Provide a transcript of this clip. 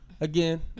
Again